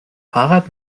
fahrrad